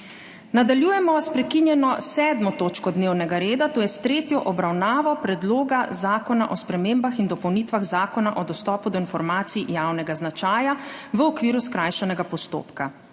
Nadaljujemo s prekinjeno 7. točko dnevnega reda, to je s tretjo obravnavo Predloga zakona o spremembah in dopolnitvah Zakona o dostopu do informacij javnega značaja v okviru skrajšanega postopka.